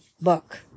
book